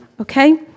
okay